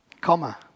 Comma